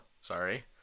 sorry